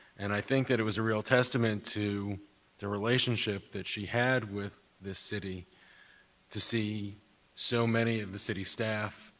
and i think that it was a real testament to the relationship that she had with this city to see so many of the city staff